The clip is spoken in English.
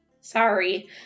Sorry